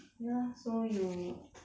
ya so you